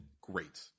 great